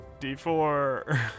d4